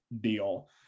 deal